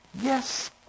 Yes